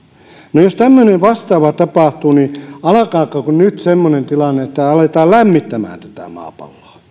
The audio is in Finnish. no jos tämmöinen vastaava tapahtuu niin alkaako nyt semmoinen tilanne että aletaan lämmittämään tätä maapalloa